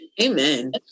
amen